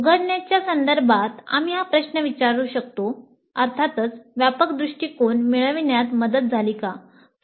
उघडण्याच्या संदर्भात आम्ही हा प्रश्न विचारू शकतो "अर्थातच व्यापक दृष्टीकोन मिळविण्यात मदत झाली"